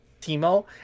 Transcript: Teemo